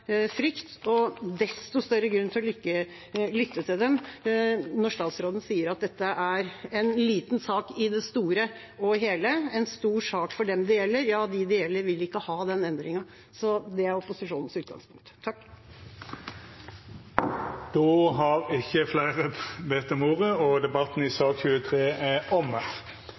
frykt. Det er desto større grunn til å lytte til dem når statsråden sier at dette er en liten sak i det store og hele, men en stor sak for dem det gjelder. Ja, de det gjelder, vil ikke ha den endringen. Det er opposisjonens utgangspunkt. Fleire har ikkje bedt om ordet til sak nr. 23. Etter ynske frå arbeids- og